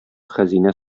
хәзинә